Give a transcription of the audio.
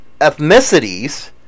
ethnicities